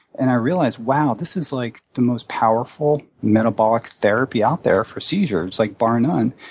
and i realized, wow, this is like the most powerful metabolic therapy out there for seizures, like bar none.